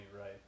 right